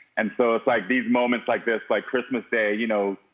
and so it's like these moments like this like christmas day, you know,